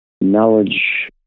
knowledge